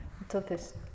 Entonces